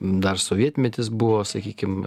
dar sovietmetis buvo sakykim